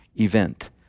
event